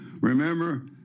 Remember